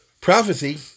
prophecy